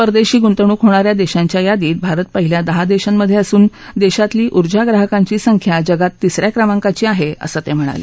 परदेशी गुंतवणूक होणाऱ्या देशांच्या यादीत भारत पहिल्या दहा देशांमधे असून देशांतली ऊर्जा प्राहकांची संख्या जगात तिसऱ्या क्रमांकाची आहे असं ते म्हणाले